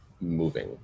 moving